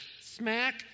smack